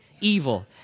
evil